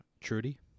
Trudy